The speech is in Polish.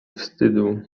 wstydu